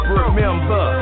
remember